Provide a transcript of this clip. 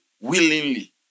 willingly